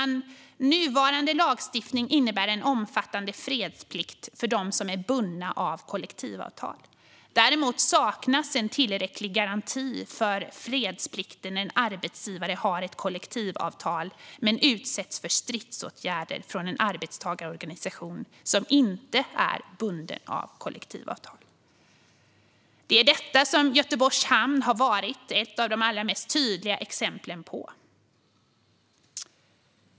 Nuvarande lagstiftning innebär en omfattande fredsplikt för dem som är bundna av kollektivavtal. Däremot saknas en tillräcklig garanti för fredsplikten när en arbetsgivare har ett kollektivavtal men utsätts för stridsåtgärder från en arbetstagarorganisation som inte är bunden av kollektivavtal. Det är detta som Göteborgs hamn har varit ett av de allra tydligaste exemplen på.